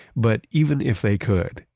but even if they could,